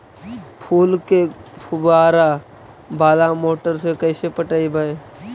फूल के फुवारा बाला मोटर से कैसे पटइबै?